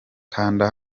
kanda